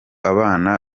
abana